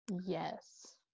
Yes